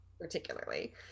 particularly